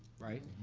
right?